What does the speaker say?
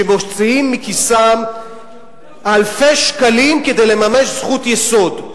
שמוציאים מכיסם אלפי שקלים כדי לממש זכות יסוד.